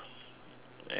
and um